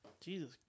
Jesus